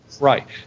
Right